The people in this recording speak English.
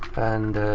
and,